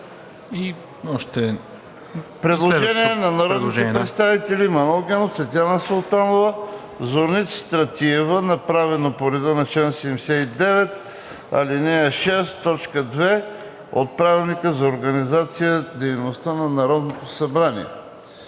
Предложение на народните представители Манол Генов, Татяна Султанова, Зорница Стратиева, направено по реда на чл. 79, ал. 6, т. 2 от Правилника за организацията и дейността на Народното събрание.